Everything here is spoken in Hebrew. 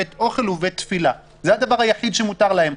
בית אוכל ובית תפילה זה הדבר היחיד שמותר להם,